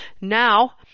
Now